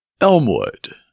Elmwood